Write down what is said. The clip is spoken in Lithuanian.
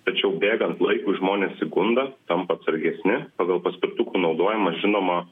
tačiau bėgant laikui žmonės įgunda tampa atsargesni pagal paspirtukų naudojimą žinoma